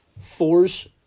Fours